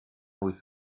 wyth